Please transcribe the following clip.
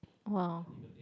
!wow!